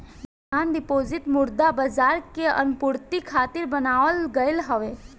demand deposit मुद्रा बाजार के आपूर्ति खातिर बनावल गईल हवे